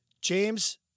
James